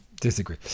Disagree